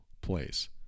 place